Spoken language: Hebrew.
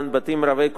בתים רבי קומות.